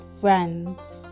Friends